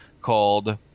called